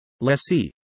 lessee